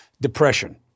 depression